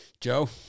Joe